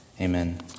amen